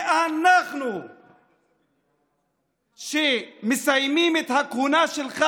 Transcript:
אנחנו אלה שמסיימים את הכהונה שלך,